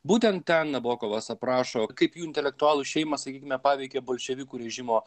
būtent ten nabokovas aprašo kaip jų intelektualų šeimą sakykime paveikė bolševikų režimo